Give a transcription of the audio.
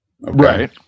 right